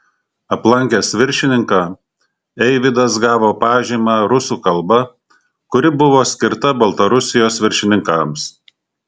aplankęs viršininką eivydas gavo pažymą rusų kalba kuri buvo skirta baltarusijos viršininkams